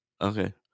okay